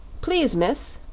please, miss,